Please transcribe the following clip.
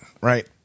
right